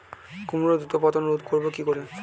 কুমড়োর দ্রুত পতন রোধ করব কি করে?